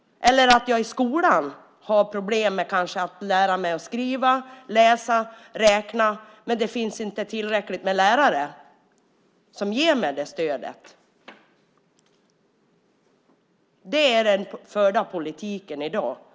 Och i skolan har vissa barn problem att lära sig skriva, läsa och räkna, men det finns inte tillräckligt med lärare som ger stöd till dessa barn. Det är vad den förda politiken i dag innebär.